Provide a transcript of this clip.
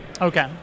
Okay